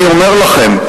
אני אומר לכם,